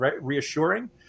reassuring